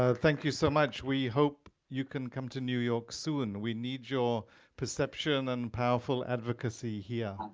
um thank you so much. we hope you can come to new york soon. we need your perception and powerful advocacy here.